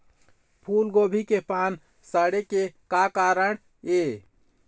फूलगोभी के पान सड़े के का कारण ये?